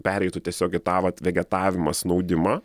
pereitų tiesiog į tą vat vegetavimą snaudimą